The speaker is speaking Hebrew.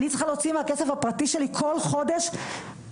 אני צריכה להוציא מהכסף הפרטי שלי כל חודש מאות